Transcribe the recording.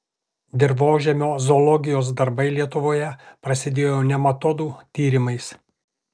dirvožemio zoologijos darbai lietuvoje prasidėjo nematodų tyrimais